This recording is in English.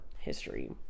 history